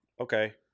okay